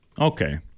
Okay